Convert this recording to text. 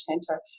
Center